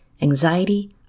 anxiety